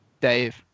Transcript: Dave